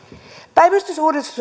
päivystysuudistus